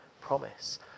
promise